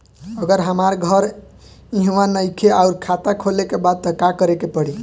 अगर हमार घर इहवा नईखे आउर खाता खोले के बा त का करे के पड़ी?